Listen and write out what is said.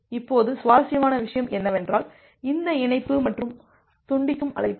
இப்போது சுவாரஸ்யமான விஷயம் என்னவென்றால்இந்த இணைப்பு மற்றும் துண்டிக்கும் அழைப்பு